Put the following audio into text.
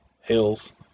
hills